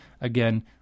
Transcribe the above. again